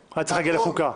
היה צריך להגיע לחוקה.